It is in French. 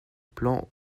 plan